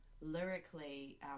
Lyrically